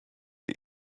die